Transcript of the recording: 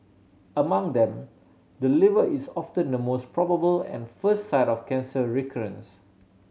among them the liver is often the most probable and first site of cancer recurrence